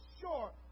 sure